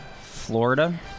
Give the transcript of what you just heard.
Florida